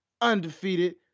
undefeated